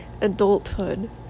adulthood